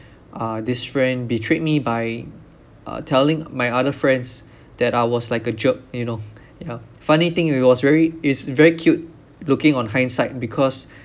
uh this friend betrayed me by uh telling my other friends that I was like a jerk you know yeah funny thing it was very is very cute looking on hindsight because